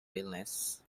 illness